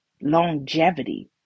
longevity